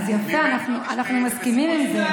יפה, אנחנו מסכימים על זה.